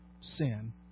sin